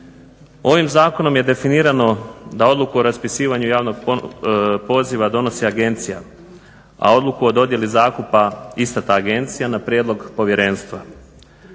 Ovim zakonom je definirano da odluku o raspisivanju javnog poziva donosi agencija, a odluku o dodjeli zakupa ista ta agencija na prijedlog povjerenstva.